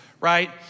right